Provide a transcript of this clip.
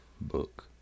book